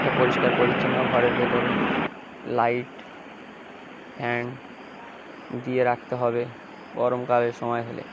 একটা পরিষ্কার পরিচ্ছন্ন ঘরের ভেতরে লাইট ফ্যান দিয়ে রাখতে হবে গরমকালের সময় হলে